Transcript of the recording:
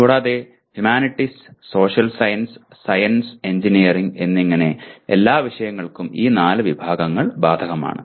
കൂടാതെ humanities social science science engineering എന്നിങ്ങനെ എല്ലാ വിഷയങ്ങൾക്കും ഈ നാല് വിഭാഗങ്ങൾ ബാധകമാണ്